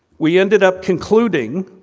we ended up concluding,